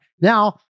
now